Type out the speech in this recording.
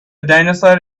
dinosaur